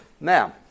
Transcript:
Now